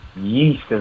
Yeast